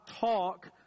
talk